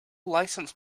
license